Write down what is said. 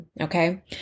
okay